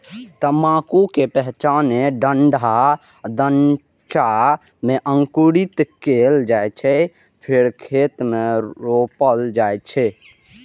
तंबाकू कें पहिने ठंढा ढांचा मे अंकुरित कैल जाइ छै, फेर खेत मे रोपल जाइ छै